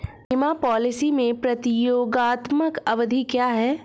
बीमा पॉलिसी में प्रतियोगात्मक अवधि क्या है?